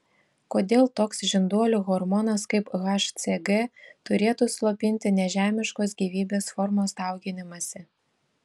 kodėl toks žinduolių hormonas kaip hcg turėtų slopinti nežemiškos gyvybės formos dauginimąsi